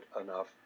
enough